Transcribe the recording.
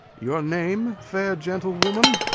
your name, fair gentlewoman?